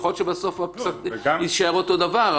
יכול להיות בסוף זה יישאר אותו דבר,